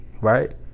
right